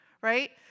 right